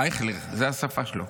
אייכלר, זו השפה שלו,